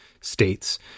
states